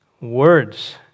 words